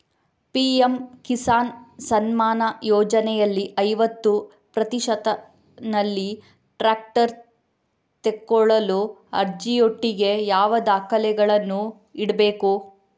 PM Kisan Samman ಯೋಜನೆಯಲ್ಲಿ ಐವತ್ತು ಪ್ರತಿಶತನಲ್ಲಿ ಟ್ರ್ಯಾಕ್ಟರ್ ತೆಕೊಳ್ಳಲು ಅರ್ಜಿಯೊಟ್ಟಿಗೆ ಯಾವ ದಾಖಲೆಗಳನ್ನು ಇಡ್ಬೇಕು?